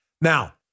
Now